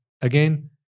Again